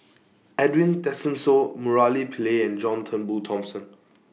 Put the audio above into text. Edwin Tessensohn Murali Pillai and John Turnbull Thomson